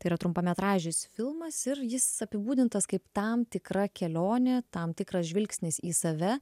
tai yra trumpametražis filmas ir jis apibūdintas kaip tam tikra kelionė tam tikras žvilgsnis į save